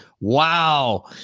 Wow